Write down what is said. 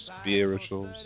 spirituals